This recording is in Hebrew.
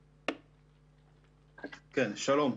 שלום.